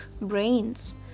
brains